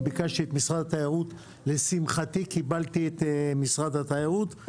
אני ביקשתי את משרד התיירות ולשמחתי קיבלתי את משרד התיירות.